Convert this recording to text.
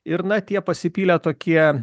ir na tie pasipylė tokie